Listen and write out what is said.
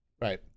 right